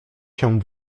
się